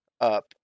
up